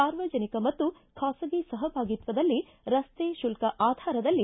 ಸಾರ್ವಜನಿಕ ಮತ್ತು ಖಾಸಗಿ ಸಹಭಾಗಿತ್ವದಲ್ಲಿ ರಸ್ತೆ ಶುಲ್ಲ ಆಧಾರದಲ್ಲಿ